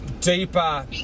deeper